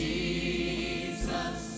Jesus